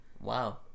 Wow